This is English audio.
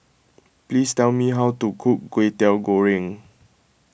please tell me how to cook Kway Teow Goreng